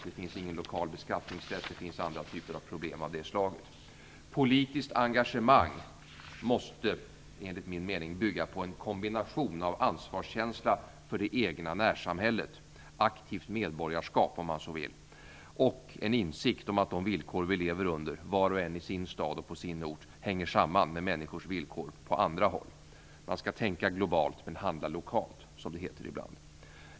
Det finns ingen lokal beskattningsrätt, och det finns andra typer av problem av det slaget. Politiskt engagemang måste enligt min mening bygga på en kombination av ansvarskänsla för det egna närsamhället, aktivt medborgarskap om man så vill, och en insikt om att de villkor vi lever under, var och en i sin stad och på sin ort, hänger samman med människors villkor på andra håll. Man skall tänka globalt, men handla lokalt, som det heter ibland.